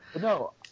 no